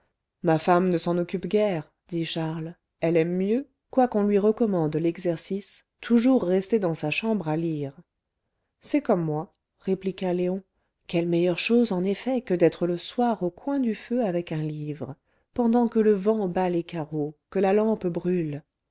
ma femme ne s'en occupe guère dit charles elle aime mieux quoiqu'on lui recommande l'exercice toujours rester dans sa chambre à lire c'est comme moi répliqua léon quelle meilleure chose en effet que d'être le soir au coin du feu avec un livre pendant que le vent bat les carreaux que la lampe brûle